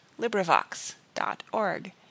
LibriVox.org